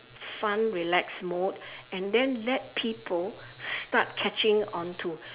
fun relaxed mode and then let people start catching onto